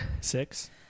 Six